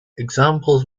examples